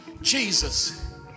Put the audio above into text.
Jesus